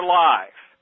life